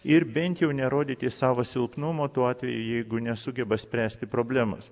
ir bent jau nerodyti savo silpnumo tuo atveju jeigu nesugeba spręsti problemas